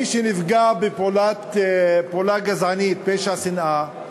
היום, מי שנפגע בפעולה גזענית, פשע שנאה,